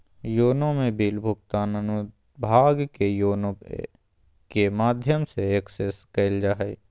YONO में bill भुगतान अनुभाग के योनो पे के माध्यम से एक्सेस कइल जा हइ